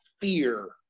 fear